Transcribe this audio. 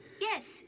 Yes